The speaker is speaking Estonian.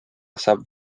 saab